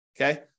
Okay